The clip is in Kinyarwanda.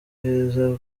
heza